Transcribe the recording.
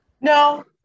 No